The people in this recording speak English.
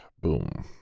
Boom